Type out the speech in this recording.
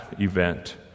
event